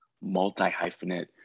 multi-hyphenate